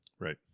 Right